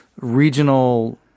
regional